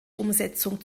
umsetzung